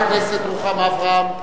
חברת הכנסת רוחמה אברהם.